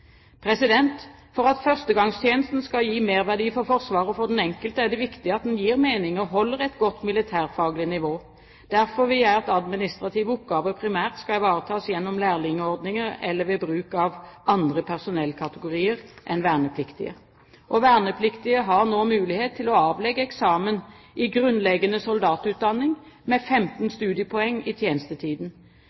For at førstegangstjenesten skal gi merverdi for Forsvaret og for den enkelte, er det viktig at den gir mening og holder et godt militærfaglig nivå. Derfor vil jeg at administrative oppgaver primært skal ivaretas gjennom lærlingordningen eller ved bruk av andre personellkategorier enn vernepliktige. Vernepliktige har nå mulighet til å avlegge eksamen i grunnleggende soldatutdanning med 15 studiepoeng i tjenestetiden.